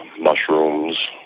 mushrooms